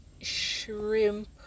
shrimp